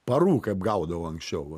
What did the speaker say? parų kaip gaudavo anksčiau va